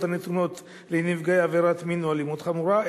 הנתונות לנפגעי עבירת מין או אלימות חמורה,